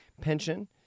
pension